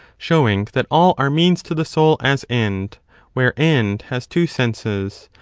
shewing that all are means to the soul as end where end has two senses,